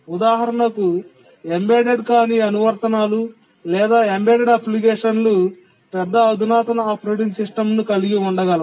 ఉదాహరణకు ఎంబెడెడ్ కాని అనువర్తనాలు లేదా ఎంబెడెడ్ అప్లికేషన్లు పెద్ద అధునాతన ఆపరేటింగ్ సిస్టమ్ను కలిగి ఉండగలవు